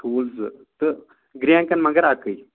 ٹھوٗل زٕ تہٕ گرینٛکَن مَگر اَکٕے